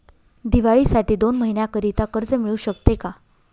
दिवाळीसाठी दोन महिन्याकरिता कर्ज मिळू शकते का?